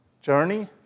Journey